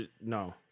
no